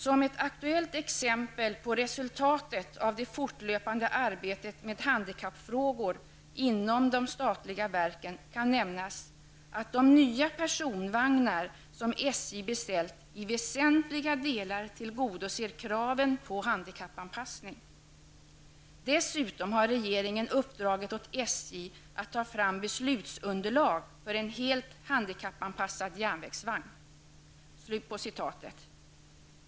''Som ett aktuellt exempel på resultatet av det fortlöpande arbetet med handikappfrågor inom de statliga verken kan nämnas, att de nya personvagnar, som SJ beställt, i väsentliga delar tillgodoser kraven på handikappanpassning. Dessutom har regeringen uppdragit åt SJ att ta fram beslutsunderlag för en helt handikappanpassad järnvägsvagn.''